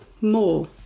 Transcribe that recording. more